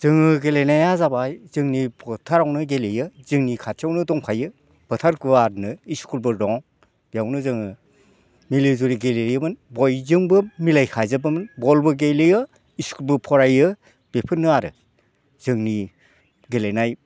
जोङो गेलेनाया जाबाय जोंनि फोथारावनो गेलेयो जोंनि खाथियावनो दंखायो फोथार गुवारनो स्कुलबो दं बेयावनो जोङो मिलि जुलि गेलेयोमोन बयजोंबो मिलायखाजोबोमोन बलबो गेलेयो स्कुलबो फरायो बेफोरनो आरो जोंनि गेलेनाय